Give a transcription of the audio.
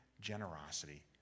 Generosity